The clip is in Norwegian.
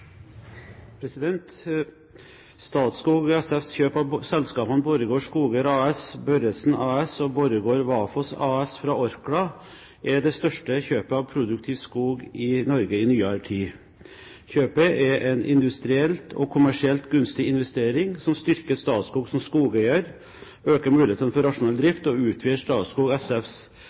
Statskog SFs kjøp av selskapene Borregaard Skoger AS, Børresen AS og Borregaard Vafos AS fra Orkla er det største kjøpet av produktiv skog i Norge i nyere tid. Kjøpet er en industrielt og kommersielt gunstig investering som styrker Statskog som skogeier, øker mulighetene for rasjonell drift, og utvider Statskog